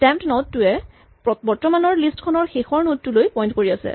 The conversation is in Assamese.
টেম্প নড টোৱে বৰ্তমানৰ লিষ্ট খনৰ শেষৰ নড টোলৈ পইন্ট কৰি আছে